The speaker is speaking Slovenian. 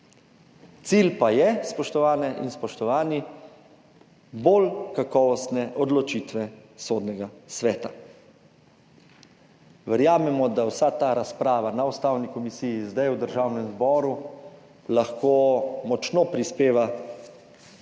Cilj pa so, spoštovane in spoštovani, bolj kakovostne odločitve Sodnega sveta. Verjamemo, da vsa ta razprava na Ustavni komisiji, zdaj v Državnem zboru lahko močno prispeva k